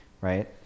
right